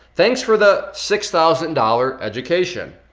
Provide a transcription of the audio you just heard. thanks for the six thousand dollars education.